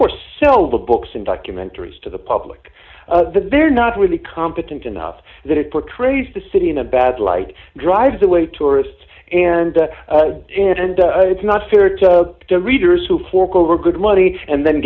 course so the books and documentaries to the public they're not really competent enough that it portrays the city in a bad light drives away tourists and it's not fair to the readers who fork over good money and then